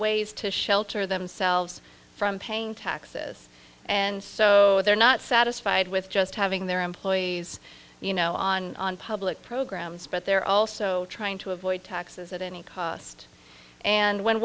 ways to shelter themselves from paying taxes and so they're not satisfied with just having their employees you know on public programs but they're also trying to avoid taxes at any cost and when